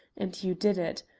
and you did it.